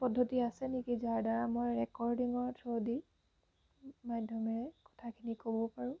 পদ্ধতি আছে নেকি যাৰ দ্বাৰা মই ৰেকৰ্ডিঙৰ থ্ৰ'ৱেদি মাধ্যমেৰে কথাখিনি ক'ব পাৰোঁ